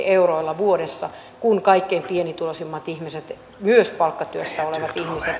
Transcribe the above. euroilla vuodessa kun kaikkein pienituloisimmat ihmiset myös palkkatyössä olevat